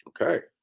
Okay